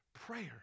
prayer